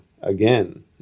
again